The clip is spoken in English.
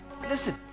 listen